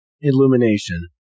Illumination